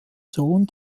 sohn